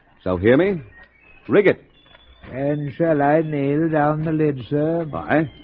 so hear me rig it and shall i nail down the lid sir by